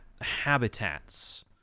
habitats